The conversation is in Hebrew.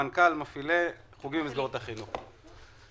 מנכ"ל מפעילי חוגים במסגרות החינוך.